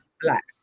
black